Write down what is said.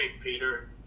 Peter